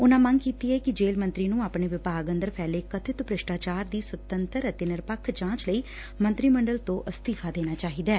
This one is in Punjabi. ਉਨੂਾ ਮੰਗ ਕੀਤੀ ਐ ਕਿ ਜੇਲ੍ਹ ਮੰਤਰੀ ਨੂੰ ਆਪਣੇ ਵਿਭਾਗ ਅੰਦਰ ਫੈਲੇ ਕਬਿਤ ਭ੍ਸ਼ਾਟਾਚਾਰ ਦੀ ਸੁਤੰਤਰ ਅਤੇ ਨਿਰੱਪਖ ਜਾਂਚ ਲਈ ਮੰਤਰੀ ਮੰਡਲ ਤੋਂ ਅਸਤੀਫ਼ ਦੇਣਾ ਚਾਹੀਦੈ